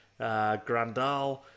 Grandal